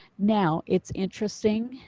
now, it's interesting.